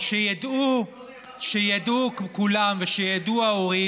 זה שטויות, לא נאמר, תודה, תודה רבה.